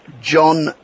John